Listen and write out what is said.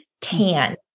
Tan